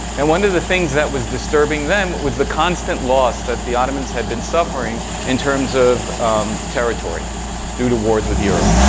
and one of the things that was disturbing them was the constant loss that the ottomans had been suffering in terms of territory due to wars with europe.